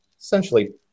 Essentially